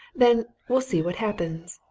then we'll see what happens.